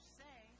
say